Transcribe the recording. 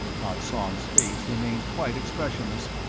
ah tseng's face remained quite expressionless,